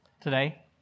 today